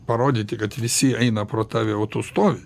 parodyti kad visi eina pro tave o tu stovi